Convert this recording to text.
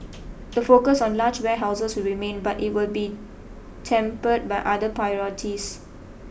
the focus on large warehouses will remain but it will be tempered by other priorities